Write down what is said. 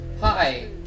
Hi